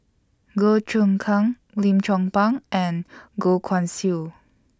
Goh Choon Kang Lim Chong Pang and Goh Guan Siew